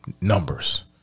numbers